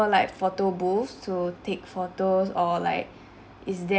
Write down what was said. ~fer like photo booths to take photos or like is the~